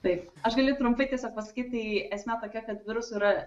taip aš galiu trumpai tiesiog pasakyti esmė tokia kad virusų yra